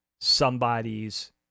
somebody's